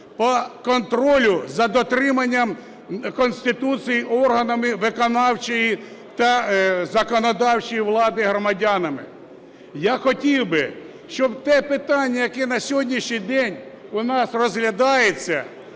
по контролю за дотриманням Конституції органами виконавчої та законодавчої влади громадянами. Я хотів би, щоб те питання, яке на сьогоднішній день у нас розглядається,